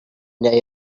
they